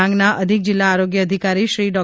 ડાંગના અધિક જિલ્લા આરોગ્ય અધિકારીશ્રી ડો